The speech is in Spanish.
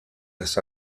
las